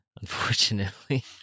unfortunately